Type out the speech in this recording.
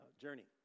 journey